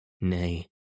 Nay